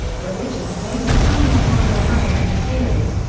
religion played a somewhat minor role in the series,